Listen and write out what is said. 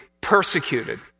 persecuted